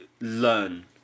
learn